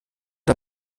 der